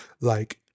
like-